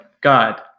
God